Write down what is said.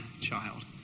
child